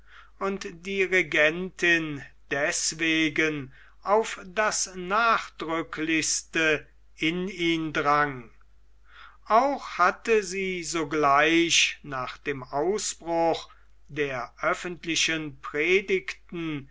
und die regentin deßwegen auf das nachdrücklichste in ihn drang auch hatte sie sogleich nach dem ausbruch der öffentlichen predigten